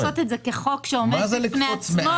לעשות את זה כחוק שעומד בפני עצמו